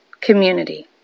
community